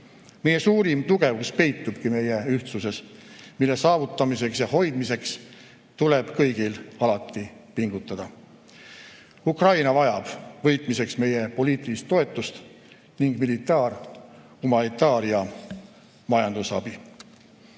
Meie suurim tugevus peitubki meie ühtsuses, mille saavutamiseks ja hoidmiseks tuleb kõigil alati pingutada. Ukraina vajab võitmiseks meie poliitilist toetust ning militaar-, humanitaar- ja majandusabi.